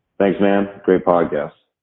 thanks, man. great podcast.